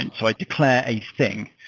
and so i declare a thing,